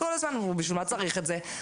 בשביל מה צריך את זה?